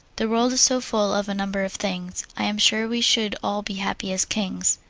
the world is so full of a number of things, i am sure we should all be happy as kings.